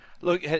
Look